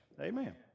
Amen